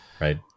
right